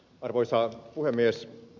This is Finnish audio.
arvoisa puhemies